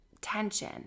tension